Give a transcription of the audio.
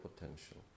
potential